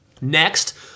Next